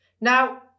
Now